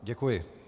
Děkuji.